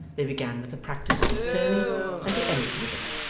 they began with the practice of an attorney and they ended with it.